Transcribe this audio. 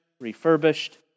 refurbished